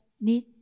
need